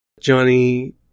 Johnny